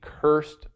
cursed